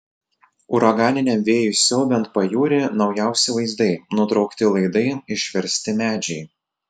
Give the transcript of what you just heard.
uraganiniam vėjui siaubiant pajūrį naujausi vaizdai nutraukti laidai išversti medžiai